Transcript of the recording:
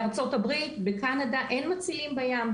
בארצות הברית, בקנדה אין מצילים בארץ.